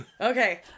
okay